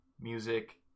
music